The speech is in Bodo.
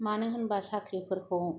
मानो होनोब्ला साख्रिफोरखौ